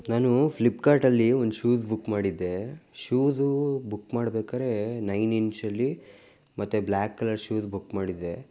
ನಾನು ಫ್ಲಿಪ್ಕಾರ್ಟ್ಲ್ಲಿ ಒಂದು ಶೂಸ್ ಬುಕ್ ಮಾಡಿದ್ದೇದ್ದೆ ಶೂಸು ಬುಕ್ ಮಾಡ್ಬೇಕಾರೇ ನೈನ್ ಇಂಚಲ್ಲಿ ಮತ್ತು ಬ್ಲಾಕ್ ಕಲರ್ ಶೂಸ್ ಬುಕ್ ಮಾಡಿದ್ದೆ